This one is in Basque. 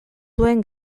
duen